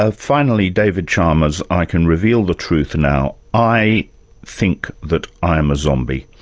ah finally, david chalmers, i can reveal the truth now i think that i am a zombie.